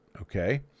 okay